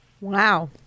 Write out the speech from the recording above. Wow